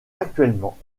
actuellement